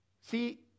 See